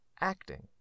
acting